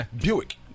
Buick